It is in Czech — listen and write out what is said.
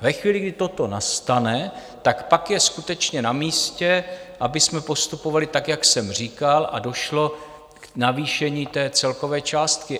Ve chvíli, kdy toto nastane, tak pak je skutečně na místě, abychom postupovali tak, jak jsem říkal, a došlo k navýšení té celkové částky.